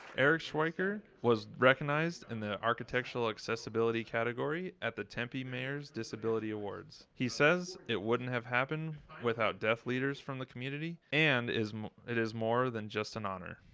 erich schwenker was recognized in the architectural accessibility category at the tempe mayor's disability awards. he says it wouldn't have happened without deaf leaders from the community and it is more than just an honor.